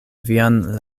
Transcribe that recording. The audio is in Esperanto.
vian